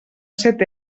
set